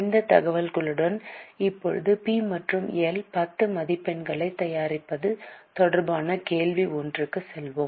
இந்த தகவலுடன் இப்போது பி மற்றும் எல் 10 மதிப்பெண்களைத் தயாரிப்பது தொடர்பான கேள்வி 1 க்குச் செல்வோம்